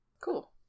Cool